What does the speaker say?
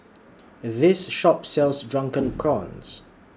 This Shop sells Drunken Prawns